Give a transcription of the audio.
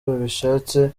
babishatse